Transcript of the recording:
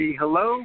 hello